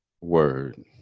word